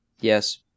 Yes